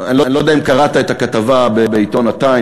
אני לא יודע אם קראת את הכתבה בעיתון "TIME",